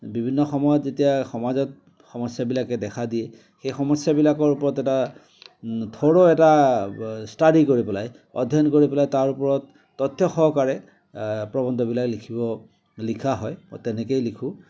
বিভিন্ন সময়ত যেতিয়া সমাজত সমস্যাবিলাকে দেখা দিয়ে সেই সমস্যাবিলাকৰ ওপৰত এটা থ'ৰ' এটা ষ্টাডী কৰি পেলাই অধ্যয়ন কৰি পেলাই তাৰ ওপৰত তথ্য সহকাৰে প্ৰৱন্ধবিলাক লিখিব লিখা হয় মই তেনেকেই লিখোঁ